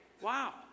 Wow